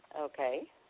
Okay